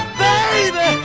baby